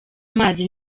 mazi